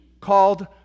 called